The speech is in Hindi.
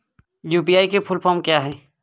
यू.पी.आई की फुल फॉर्म क्या है?